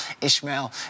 Ishmael